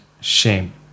shame